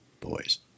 boys